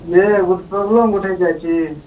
ଇଏ ଗୋଟେ ପ୍ରୋବ୍ଲେମ୍ ଗୋଟେ ହୋଇଯାଇଛି